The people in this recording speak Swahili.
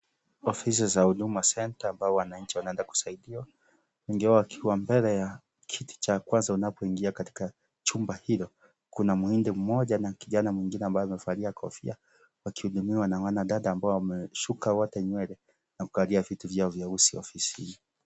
Ofisi za Huduma Center ambao wananchi wanaenda kusaidiwa, wengi wao wakiwa mbele ya kiti cha kwanza unapoingia katika chumba hilo. Kuna mwindi mmoja na kijana mwingine ambaye amevalia kofia. Wakihudumiwa na wanadada ambao wameshuka wote nywele na kukalia viti vyao vyeusi ofisini.